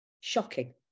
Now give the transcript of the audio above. shocking